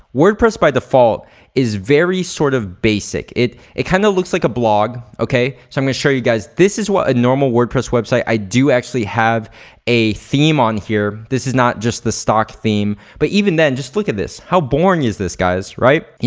wordpress by default is very sort of basic. it it kinda looks like the blog, okay? so i'm gonna show you guys. this is what a normal wordpress website, i do actually have a theme on here. this is not just the stock theme, but even then just look at this. how boring is this guys, right?